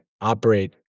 operate